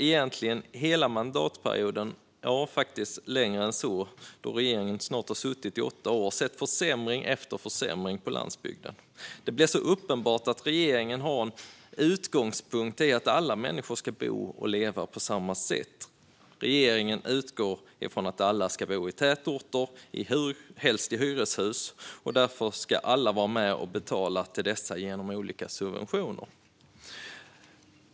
Under hela mandatperioden - ja, faktiskt längre än så, då regeringen snart har suttit i åtta år - har vi sett försämring efter försämring på landsbygden. Det blir så uppenbart att regeringen har utgångspunkten att alla människor ska bo och leva på samma sätt. Regeringen utgår från att alla ska bo i tätorter, helst i hyreshus, och att alla därför ska vara med och betala till dessa genom olika subventioner.